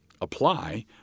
apply